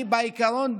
בעיקרון,